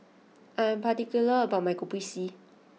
I am particular about my Kopi C